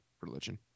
religion